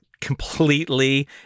completely